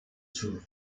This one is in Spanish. sur